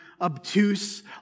obtuse